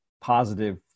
positive